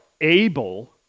able